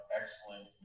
excellent